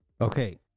Okay